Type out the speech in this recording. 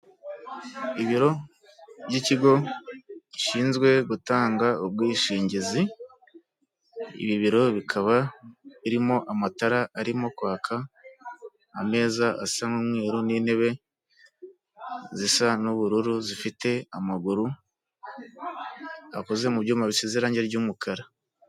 Ibiro by'ikigo gishinzwe gutanga ubwishingizi, ibi biro bikaba birimo amatara arimo kwaka, ameza asa n'umweru n'intebe zisa n'ubururu zifite amaguru akoze mu byuma biseze irangi ry'umukara.